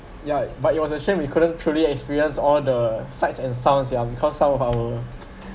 ya but it was a shame you couldn't truly experience all the sights and sounds yeah because some of our